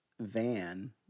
van